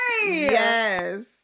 Yes